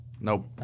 Nope